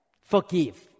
Forgive